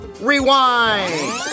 Rewind